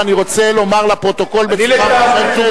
ואני רוצה לומר לפרוטוקול בצורה מפורשת,